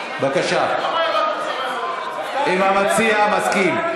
אם המציע מסכים.